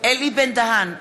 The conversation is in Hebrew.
אלי בן-דהן,